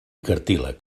cartílag